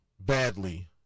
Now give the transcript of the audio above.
badly